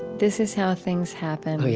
this is how things happen,